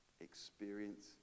experience